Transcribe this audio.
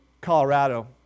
Colorado